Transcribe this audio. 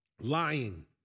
lying